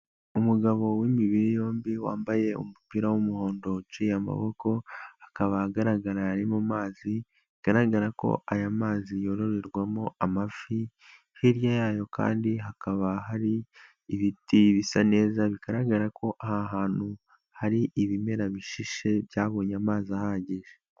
Umugabo wimibiri yombi wambaye umupira w'umuhondo aciye amaboko, akaba agaragara ari mu mazi bigaragara ko aya mazi yororerwamo amafi, hirya yayo kandi hakaba hari ibiti bisa neza bigaragara ko aha hantu hari ibimera bishishe byabonye amazi ahagije.